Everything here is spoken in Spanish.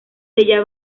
della